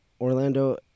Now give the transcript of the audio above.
Orlando